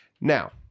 Now